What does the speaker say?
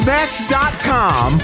Match.com